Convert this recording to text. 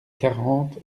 quarante